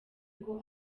ngo